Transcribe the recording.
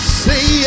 say